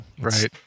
Right